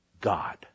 God